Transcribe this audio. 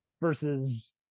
Versus